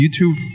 YouTube